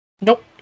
Nope